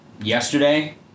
yesterday